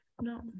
no